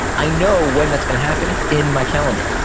i know when that's going to happen. it's in my calendar.